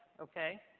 Okay